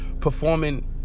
Performing